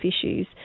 issues